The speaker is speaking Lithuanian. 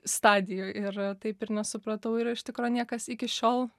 stadijoj ir taip ir nesupratau ir iš tikro niekas iki šiol